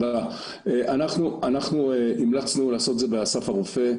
אנחנו המלצנו לעשות את זה באסף הרופא,